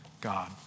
God